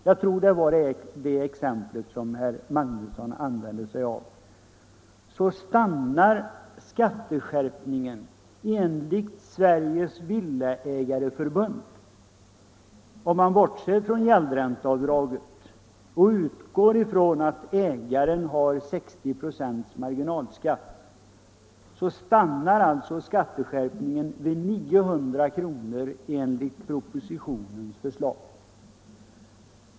— jag tror det var det exemplet herr Magnusson använde — så stannar skatteskärpningen enligt Sveriges Villaägareförbund, om man bortser från gäldränteavdraget och utgår från att ägaren har 60 96 marginalskatt, vid 900 kr. enligt propositionens förslag.